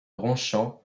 ronchamp